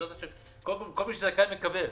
כל מי שזכאי, מקבל.